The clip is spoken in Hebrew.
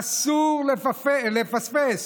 אסור לפספס.